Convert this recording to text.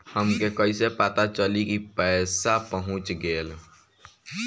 हमके कईसे पता चली कि पैसा पहुच गेल?